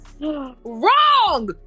Wrong